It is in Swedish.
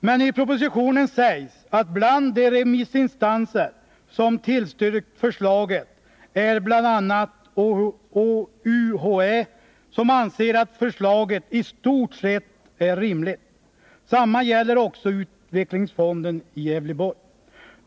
Men i propositionen sägs att bland de remissinstanser som tillstyrkt förslaget är UHÄ, som anser att förslaget i stort sett är rimligt. Detsamma gäller utvecklingsfonden i Gävleborg.